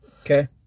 Okay